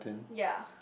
ya